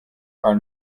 are